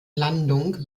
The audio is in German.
landung